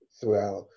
throughout